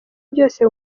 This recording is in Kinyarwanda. byose